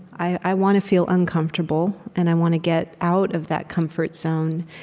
i i want to feel uncomfortable, and i want to get out of that comfort zone.